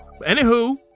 Anywho